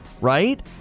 right